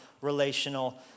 relational